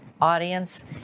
audience